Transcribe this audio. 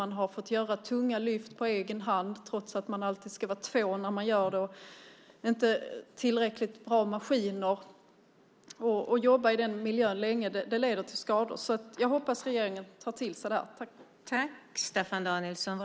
Man kan ha fått göra tunga lyft på egen hand, trots att man alltid ska vara två när man gör det, haft maskiner som inte varit tillräckligt bra och jobbat i den miljön länge. Jag hoppas att regeringen tar till sig detta.